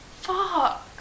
fuck